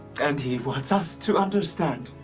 and he wants us to understand.